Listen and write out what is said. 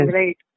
right